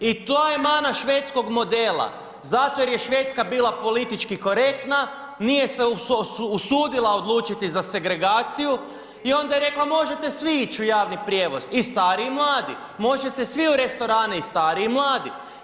I to je mana švedskog modela, zato jer je Švedska bila politički korektna, nije se usudila odlučiti za segregaciju i onda je rekla možete svi ići u javni prijevoz i stari i mladi, možete svi u restorane i stari i mladi.